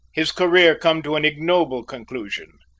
his career come to an ignoble conclusion,